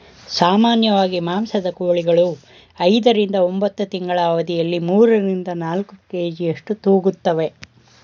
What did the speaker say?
ಸಾಮಾನ್ಯವಾಗಿ ಮಾಂಸದ ಕೋಳಿಗಳು ಐದರಿಂದ ಒಂಬತ್ತು ತಿಂಗಳ ಅವಧಿಯಲ್ಲಿ ಮೂರರಿಂದ ನಾಲ್ಕು ಕೆ.ಜಿಯಷ್ಟು ತೂಗುತ್ತುವೆ